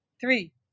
three